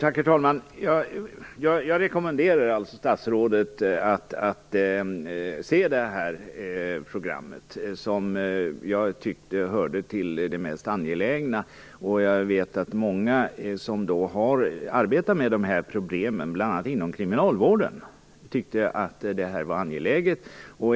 Herr talman! Jag rekommenderar alltså statsrådet att se detta TV-program, som jag tyckte hörde till det mest angelägna. Jag vet att många som har arbetat med de här problemen, bl.a. inom kriminalvården, också tyckte att det var angeläget.